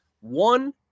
one